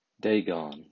Dagon